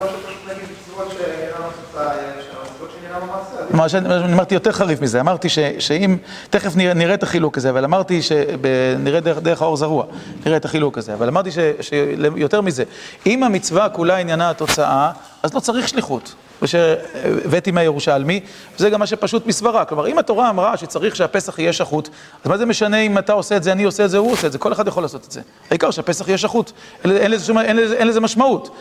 אמרת על המצוות שאין להם התוצאה? זה בלתי העניין האם המצוות כרגע... אתה ממש... אני אגיד יותר חריף מזה, אמרתי שאם... תכף נראה את החילוק הזה, אבל אמרתי ש... נראה דרך האור זרוע. נראה את החילוק הזה, אבל אמרתי שיותר מזה... אם המצווה כולה עניינה התוצאה, אז לא צריך שליחות. וכש... הבאתי מהירושלמי, וזה גם מה שפשוט מסברה. כלומר, אם התורה אמרה שצריך שהפסח יהיה שחוט, אז מה זה משנה אם אתה עושה את זה, אני עושה את זה, הוא עושה את זה, כל אחד יכול לעשות את זה. העיקר שהפסח יש שחוט, אין לזה משמעות.